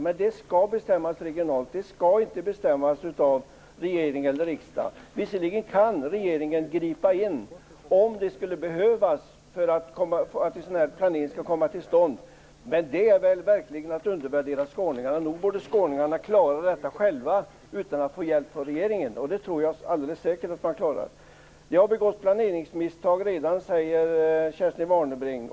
Det skall alltså bestämmas regionalt och inte av regering eller riksdag. Visserligen kan regeringen gripa in om det skulle behövas för att en sådan planering skall komma till stånd, men det vore väl verkligen att undervärdera skåningarna. Nog borde väl skåningarna klara detta själva, utan någon hjälp från regeringen. Det tror jag också alldeles säkert att man klarar. Det har redan begåtts planeringsmisstag, säger Kerstin Warnerbring.